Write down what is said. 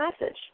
message